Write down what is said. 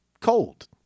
cold